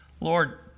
Lord